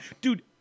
Dude